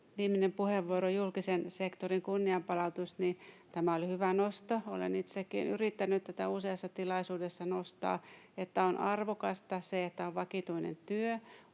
viimeisessä puheenvuorossa julkisen sektorin kunnianpalautus oli hyvä nosto. Olen itsekin yrittänyt tätä useassa tilaisuudessa nostaa, että on arvokasta se, että on vakituinen työ,